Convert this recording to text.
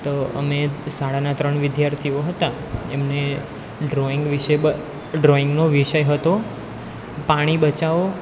તો અમે શાળાના ત્રણ વિદ્યાર્થીઓ હતા એમને ડ્રોઈંગ વિષે બ ડ્રોઇંગનો વિષય હતો પાણી બચાવો